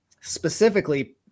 specifically